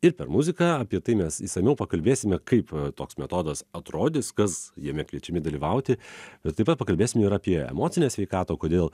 ir per muziką apie tai mes išsamiau pakalbėsime kaip toks metodas atrodys kas jame kviečiami dalyvauti ir taip pat pakalbėsime ir apie emocinę sveikatą o kodėl